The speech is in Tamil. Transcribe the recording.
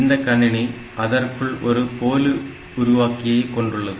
இந்த கணினி அதற்குள் ஒரு போலிஉருவாக்கியை கொண்டுள்ளது